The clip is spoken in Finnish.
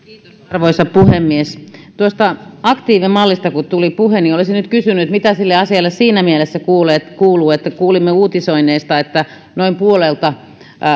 arvoisa puhemies kun tuosta aktiivimallista tuli puhe niin olisin nyt kysynyt mitä sille asialle siinä mielessä kuuluu kun kuulimme uutisoinneista että noin puolelta